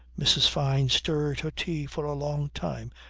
mrs. fyne stirred her tea for a long time,